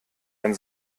ein